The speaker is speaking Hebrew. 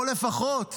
או לפחות